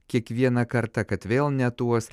kiekvieną kartą kad vėl ne tuos